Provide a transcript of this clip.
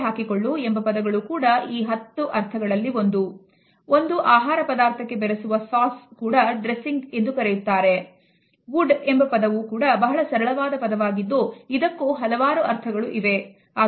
Wood ಎಂಬ ಪದವು ಕೂಡ ಬಹಳ ಸರಳವಾದ ಪದವಾಗಿದ್ದು ಇದಕ್ಕೂ ಹಲವಾರು ಅರ್ಥಗಳು ಇವೆ